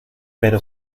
pero